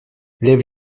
lève